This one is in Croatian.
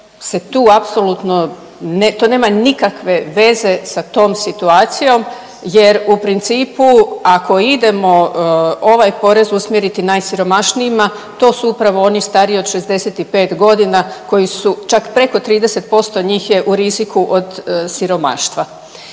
to nema nikakve veze sa tom situacijom jer u principu ako idemo ovaj porez usmjeriti najsiromašnijima to su upravo oni stariji od 65.g. koji su, čak preko 30% njih je u riziku od siromaštva.